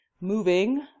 moving